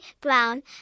Brown